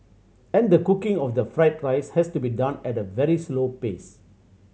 and the cooking of the fried rice has to be done at a very slow pace